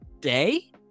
day